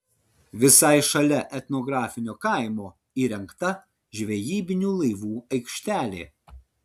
visai šalia etnografinio kaimo įrengta žvejybinių laivų aikštelė